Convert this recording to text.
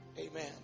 Amen